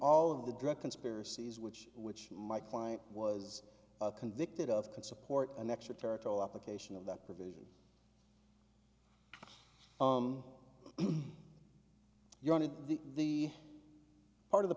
all of the drug conspiracies which which my client was convicted of can support an extra territorial application of that provision you wanted the part of the